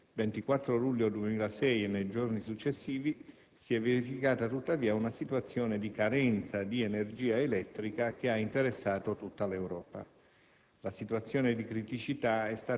A partire da lunedì 24 luglio 2006 e nei giorni successivi, si è verificata tuttavia una situazione di carenza di energia elettrica che ha interessato tutta l'Europa.